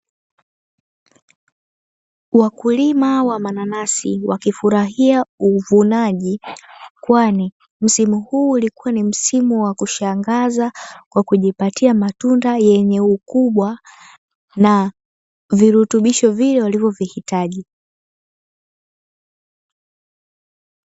Wakulima wa mananasi wakifurahia uvunaji kwani msimu huu, ulikuwa ni msimu wa kushangaza kwa kujipatia matunda yenye ukubwa na virutubisho vile walivyovihitaji.